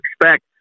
expect